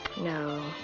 No